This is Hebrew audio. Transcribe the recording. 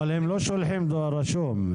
אבל הם לא שולחים דואר רשום.